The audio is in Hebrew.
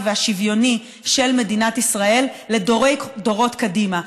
והשוויוני של מדינת ישראל לדורי-דורות קדימה,